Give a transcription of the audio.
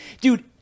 Dude